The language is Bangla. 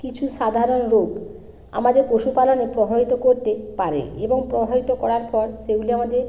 কিছু সাধারণ রোগ আমাদের পশুপালনে প্রভাবিত করতে পারে এবং প্রভাবিত করার পর সেগুলি আমাদের